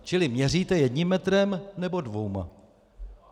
Čili měříte jedním metrem, nebo dvěma?